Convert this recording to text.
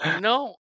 no